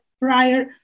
prior